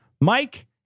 Mike